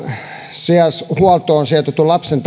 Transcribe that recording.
sijaishuoltoon sijoitetun lapsen